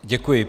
Děkuji.